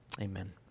Amen